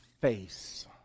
face